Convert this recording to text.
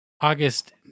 august